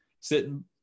sitting